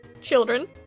Children